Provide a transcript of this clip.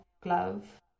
glove